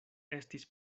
estis